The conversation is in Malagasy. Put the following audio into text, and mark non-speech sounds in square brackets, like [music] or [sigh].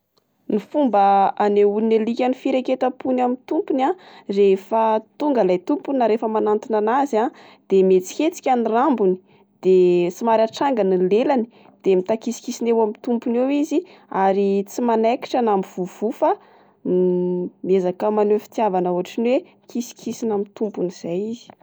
Ny fomba anehoan'ny alika ny fireketam-pony amin'ny tompony a, rehefa tonga ilay tompony na rehefa manantona an'azy a de mietsiketsika ny rambony de somary atrangany ny lelany de mitakisikisina eo amin'ny tompony eo izy ary tsy manaikitra na mivovoa fa [hesitation] miezaka maneho fitiavana otriny oe mikisikisina amin'ny tongony zay izy.